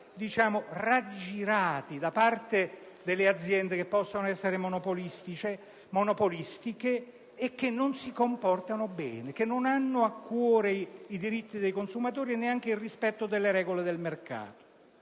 raggirati da aziende eventualmente monopolistiche, che non si comportano bene e non hanno a cuore i diritti dei consumatori e neanche il rispetto delle regole del mercato.